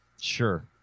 Sure